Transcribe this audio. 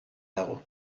dago